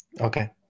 Okay